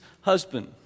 husband